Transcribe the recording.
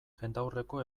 jendaurreko